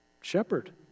Shepherd